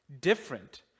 different